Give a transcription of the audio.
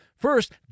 First